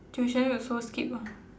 tuition we also skip lah